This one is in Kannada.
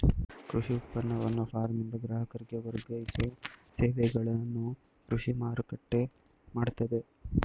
ಕೃಷಿ ಉತ್ಪನ್ನವನ್ನ ಫಾರ್ಮ್ನಿಂದ ಗ್ರಾಹಕರಿಗೆ ವರ್ಗಾಯಿಸೋ ಸೇವೆಗಳನ್ನು ಕೃಷಿ ಮಾರುಕಟ್ಟೆ ಮಾಡ್ತದೆ